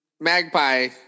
magpie